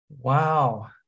Wow